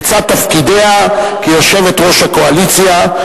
לצד תפקידיה כיושבת-ראש הקואליציה,